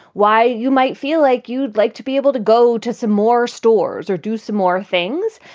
why you might feel like you'd like to be able to go to some more stores or do some more things.